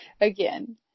Again